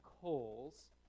coals